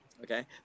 okay